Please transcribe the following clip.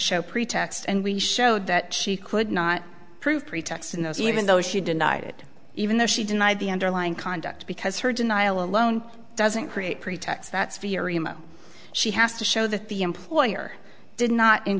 show pretext and we showed that she could not prove pretext in those even though she denied it even though she denied the underlying conduct because her denial alone doesn't create pretext that severe emo she has to show that the employer did not in